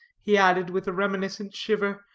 he added, with a reminiscent shiver,